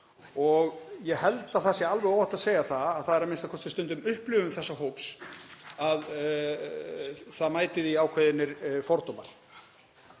og ég held að það sé alveg óhætt að segja að það er a.m.k. stundum upplifun þessa hóps að það mæti því ákveðnir fordómar.